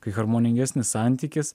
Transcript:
kai harmoningesnis santykis